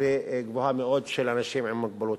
וגבוהה מאוד, של אנשים עם מוגבלות.